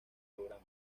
programa